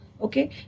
Okay